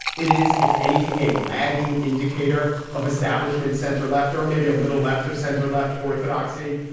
it is, if anything, a lagging indicator of establishment center left or maybe a little left of center left orthodoxy,